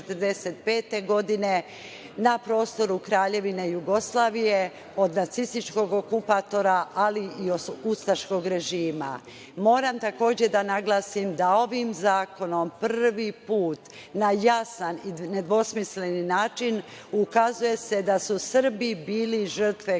na prostoru Kraljevine Jugoslavije od nacističkog okupatora, ali i ustaškog režima. Moram, takođe da naglasim da ovim zakonom prvi put na jasan i nedvosmislen način ukazuje se da su Srbi bili žrtve